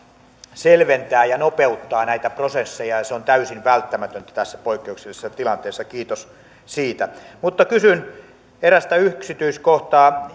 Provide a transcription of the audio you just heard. selventää ja nopeuttaa näitä prosesseja ja se on täysin välttämätöntä tässä poikkeuksellisessa tilanteessa kiitos siitä mutta kysyn eräästä yksityiskohdasta